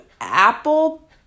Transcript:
apple